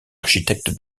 architecte